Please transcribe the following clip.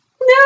No